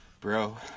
Bro